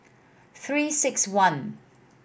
Three Six One